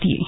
दिए हैं